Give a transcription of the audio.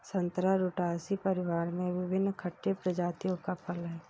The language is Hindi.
संतरा रुटासी परिवार में विभिन्न खट्टे प्रजातियों का फल है